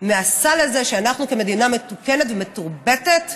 מהסל הזה שאנחנו כמדינה מתוקנת ומתורבתת